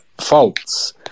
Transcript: faults